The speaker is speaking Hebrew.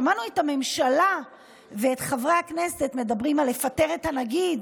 שמענו את הממשלה ואת חברי הכנסת מדברים על לפטר את הנגיד,